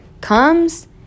comes